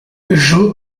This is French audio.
joe